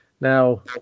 Now